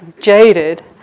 jaded